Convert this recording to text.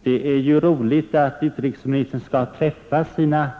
, Det är roligt att utrikesministern nästa vecka skall träffa